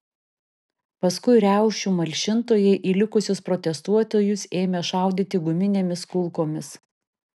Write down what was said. paskui riaušių malšintojai į likusius protestuotojus ėmė šaudyti guminėmis kulkomis